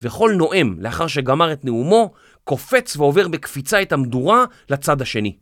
וכל נואם לאחר שגמר את נאומו קופץ ועובר בקפיצה את המדורה לצד השני.